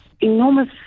enormous